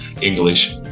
English